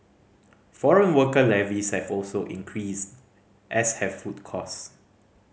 foreign worker levies have also increased as have food cost